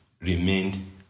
remained